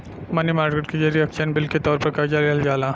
मनी market के जरिए exchange bill के तौर पर कर्जा लिहल जाला